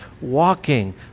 walking